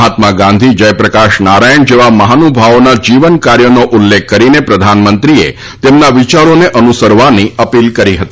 મહાત્મા ગાંધી જયપ્રકાશ નારાયણ જેવા મહાનુભાવોના જીવન કાર્યનો ઉલ્લેખ કરી પ્રધાનમંત્રીએ તેમના વિયારોને અનુસરવાની અપીલ કરી હતી